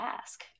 ask